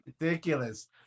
ridiculous